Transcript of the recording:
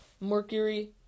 Mercury